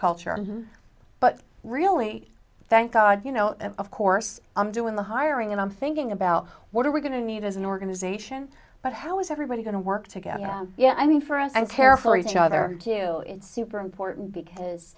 culture but really thank god you know of course i'm doing the hiring and i'm thinking about what are we going to need as an organization but how is everybody going to work together yeah i mean for us and care for each other q it's super important because